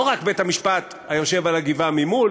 לא רק בית-המשפט היושב על הגבעה ממול,